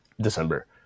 December